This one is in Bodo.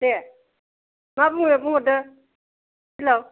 दे मा बुंनो बुंहरदो हेलौ